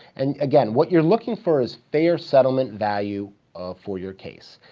and again, what you're looking for is fair settlement value for your case.